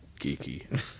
Geeky